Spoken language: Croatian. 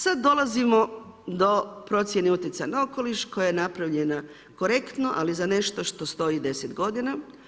Sad dolazimo do procjene utjecaja na okoliš koja je napravljena korektno, ali za nešto što stoji 10 godina.